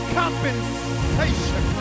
compensation